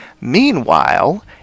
Meanwhile